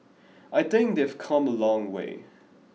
I think they've come a long way